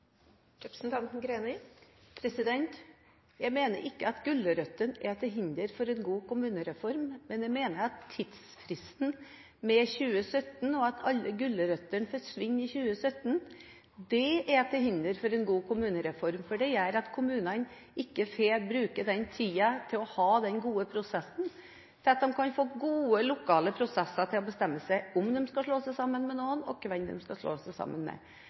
Jeg mener ikke at gulrøtter er til hinder for en god kommunereform, men jeg mener at tidsfristen 2017 og at alle gulrøttene forsvinner i 2017 er til hinder for en god kommunereform, for det gjør at kommunen ikke får bruke tid til å ha den gode prosessen, tid til å få gode lokale prosesser til å bestemme seg for om de skal slå seg sammen med noen, og hvem de skal slå seg sammen med. Det at 2017 er satt som et sånt trusseltidspunkt – har du ikke slått deg sammen med